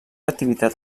activitat